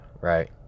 Right